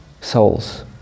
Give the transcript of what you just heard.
souls